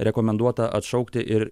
rekomenduota atšaukti ir